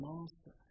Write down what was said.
Master